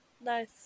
Nice